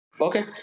Okay